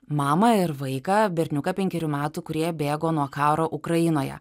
mamą ir vaiką berniuką penkerių metų kurie bėgo nuo karo ukrainoje